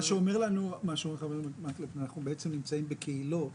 אנחנו בעצם נמצאים בקהילות